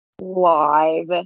live